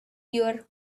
your